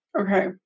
Okay